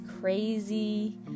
crazy